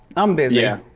i'm busy. yeah.